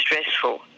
stressful